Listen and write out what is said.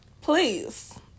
Please